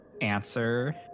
answer